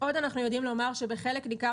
עוד אנחנו יודעים לומר שבחלק ניכר